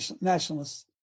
nationalists